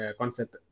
concept